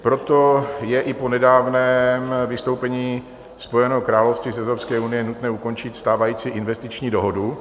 Proto je i po nedávném vystoupení Spojeného království z Evropské unie nutné ukončit stávající investiční dohodu.